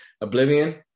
oblivion